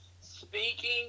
speaking